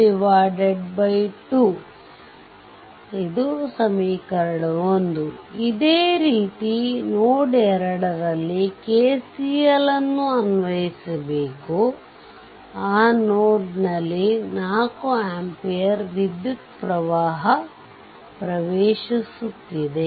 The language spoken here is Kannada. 1 ಇದೇ ರೀತಿ ನೋಡ್ 2 ನಲ್ಲಿ KCL ಅನ್ನು ಅನ್ವಯಿಸಬೇಕು ಈ ಆ ನೋಡ್ನಲ್ಲಿ 4 ಆಂಪಿಯರ್ ವಿದ್ಯುತ್ ಪ್ರವಾಹವು ಪ್ರವೇಶಿಸುತ್ತಿದೆ